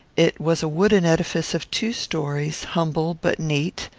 it was a wooden edifice of two stories, humble, but neat.